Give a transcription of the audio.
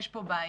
יש פה בעיה.